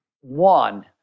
One